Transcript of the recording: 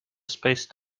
spaced